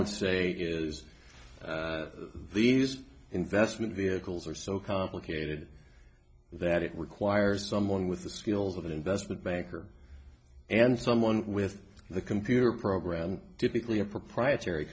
would say is these investment vehicles are so complicated that it requires someone with the skills of an investment banker and someone with the computer program typically a proprietary